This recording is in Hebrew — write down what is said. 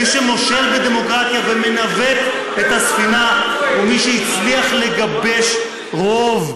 מי שמושל בדמוקרטיה ומנווט את הספינה הוא מי שהצליח לגבש רוב,